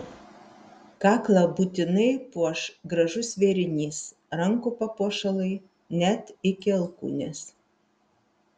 kaklą būtinai puoš gražus vėrinys rankų papuošalai net iki alkūnės